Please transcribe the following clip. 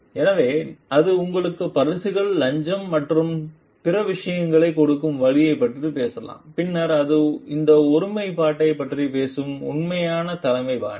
எனவே அது உங்களுக்கு பரிசுகள் லஞ்சம் மற்றும் பிற விஷயங்களைக் கொடுக்கும் வழியைப் பற்றி பேசலாம் பின்னர் அது இந்த ஒருமைப்பாட்டைப் பற்றி பேசுகிறது உண்மையான தலைமை பாணி